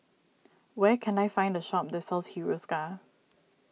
where can I find a shop that sells Hiruscar